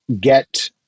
get